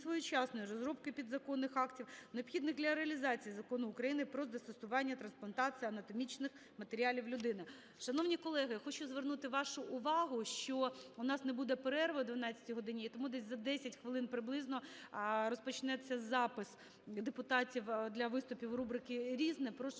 несвоєчасної розробки підзаконних актів необхідних для реалізації Закону України "Про застосування трансплантації анатомічних матеріалів людині". Шановні колеги, я хочу звернути вашу увагу, що у нас не буде перерви о 12-й годині. І тому десь за 10 хвилин приблизно розпочнеться запис депутатів для виступів в рубриці "Різне".